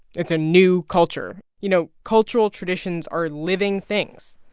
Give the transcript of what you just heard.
it's a new culture. you know, cultural traditions are living things.